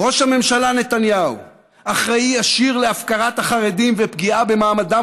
"ראש הממשלה נתניהו אחראי ישיר להפקרת החרדים ופגיעה במעמדם